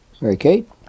Mary-Kate